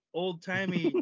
old-timey